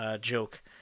Joke